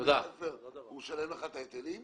הוא משלם לך את ההיטלים?